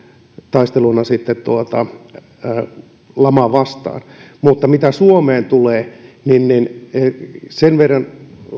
taisteluna lamaa vastaan mutta mitä suomeen tulee sen verran